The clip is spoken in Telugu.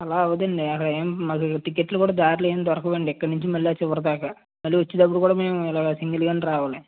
అలా అవ్వదు అండి అసలు ఏమి మాకు టిక్కెట్లు కూడా దారిలో ఏమి దొరకవు అండి ఇక్కడ నుంచి మళ్ళీ ఆ చివరిదాకా మళ్ళీ వచ్చేటపుడు కూడా మేము ఇలాగ సింగిల్గా రావాలి